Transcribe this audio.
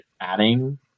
adding